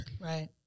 Right